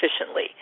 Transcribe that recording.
efficiently